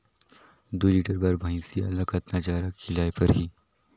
दुई लीटर बार भइंसिया ला कतना चारा खिलाय परही?